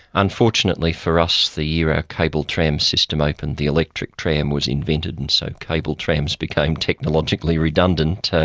unfortunately for us, the year our cable tram system opened, the electric tram was invented, and so cable trams became technologically redundant.